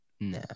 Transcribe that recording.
No